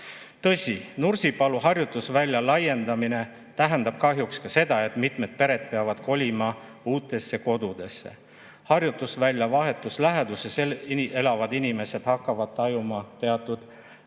Tõsi, Nursipalu harjutusvälja laiendamine tähendab kahjuks ka seda, et mitmed pered peavad kolima uutesse kodudesse. Harjutusvälja vahetus läheduses elavad inimesed hakkavad tajuma teatud